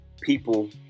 people